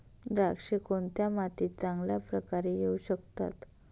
द्राक्षे कोणत्या मातीत चांगल्या प्रकारे येऊ शकतात?